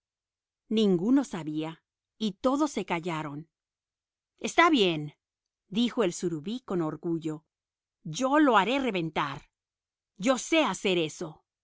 ninguno sabía y todos callaron está bien dijo el surubí con orgullo yo lo haré reventar yo sé hacer eso